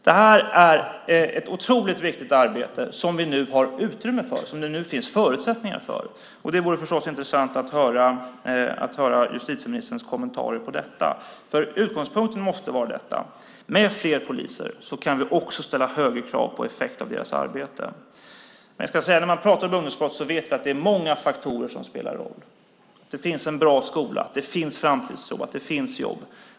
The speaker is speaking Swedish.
Det är ett otroligt viktigt arbete som vi nu har ett utrymme för, som det nu finns förutsättningar för. Det vore förstås intressant att höra justitieministerns kommentarer till detta. Utgångspunkten måste ju vara att vi med fler poliser kan ställa högre krav på effekten av deras arbete. När vi pratar om ungdomsbrott är det - det vet vi - många faktorer som spelar roll: att det finns en bra skola, att det finns en framtidstro och att det finns jobb.